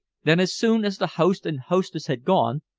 then as soon as the host and hostess had gone,